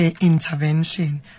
intervention